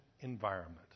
environment